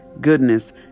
goodness